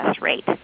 rate